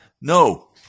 No